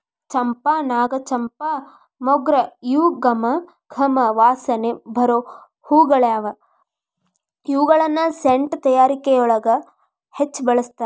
ಚಂಪಾ, ನಾಗಚಂಪಾ, ಮೊಗ್ರ ಇವು ಗಮ ಗಮ ವಾಸನಿ ಬರು ಹೂಗಳಗ್ಯಾವ, ಇವುಗಳನ್ನ ಸೆಂಟ್ ತಯಾರಿಕೆಯೊಳಗ ಹೆಚ್ಚ್ ಬಳಸ್ತಾರ